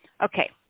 Okay